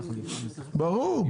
ברור,